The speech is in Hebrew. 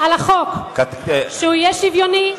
על החוק שהוא יהיה שוויוני,